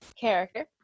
character